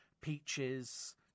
peaches